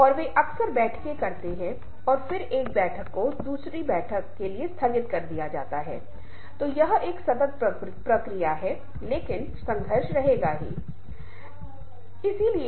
हम कैसे समझते हैं हम अपने आप को कैसे स्थिति रखते हैं यह कैसे अक्षमता है जो किसी को इस परिवर्तन के भीतर से खुद को ढूंढना है